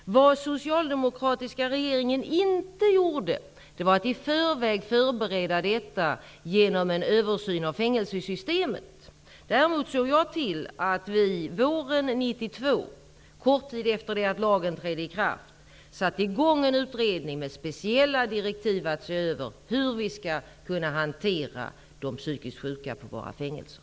Vad den socialdemokratiska regeringen inte gjorde var att förbereda detta genom att i förväg göra en översyn av fängelsesystemet. Däremot såg jag till att vi våren 1992, en kort tid efter det att lagen trädde i kraft, satte i gång en utredning med speciella direktiv att se över hur vi skall hantera de psykiskt sjuka på våra fängelser.